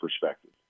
perspective